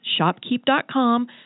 shopkeep.com